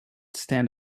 stand